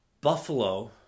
Buffalo